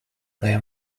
their